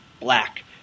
Black